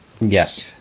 Yes